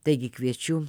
taigi kviečiu